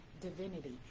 divinity